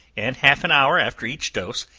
and half an hour after each dose,